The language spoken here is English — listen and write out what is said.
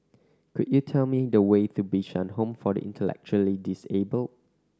could you tell me the way to Bishan Home for the Intellectually Disable